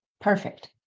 perfect